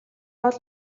гол